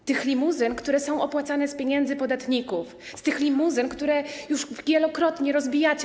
Z tych limuzyn, które są opłacane z pieniędzy podatników, z tych limuzyn, które już wielokrotnie rozbijaliście.